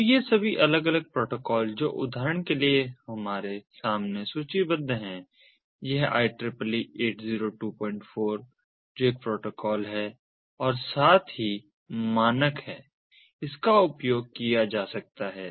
तो ये सभी अलग अलग प्रोटोकॉल जो उदाहरण के लिए हमारे सामने सूचीबद्ध हैं यह IEEE 8024 जो एक प्रोटोकॉल है और साथ ही साथ मानक है इसका उपयोग किया जा सकता है